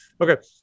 Okay